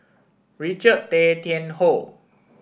Richard Tay Tian Hoe